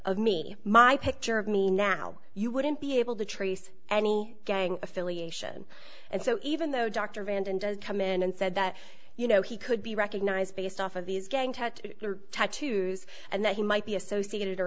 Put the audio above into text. of me my picture of me now you wouldn't be able to trace any gang affiliation and so even though dr van does come in and said that you know he could be recognized based off of these gang tattoos and that he might be associated